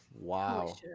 Wow